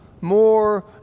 more